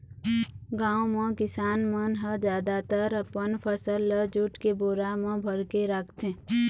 गाँव म किसान मन ह जादातर अपन फसल ल जूट के बोरा म भरके राखथे